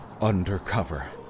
undercover